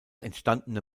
entstandene